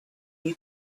you